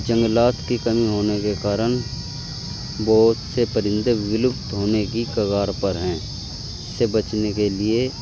جنگلات کی کمی ہونے کے کارن بہت سے پرندے ولپت ہونے کی کگار پر ہیں اس سے بچنے کے لیے